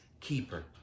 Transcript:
keeper